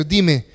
Dime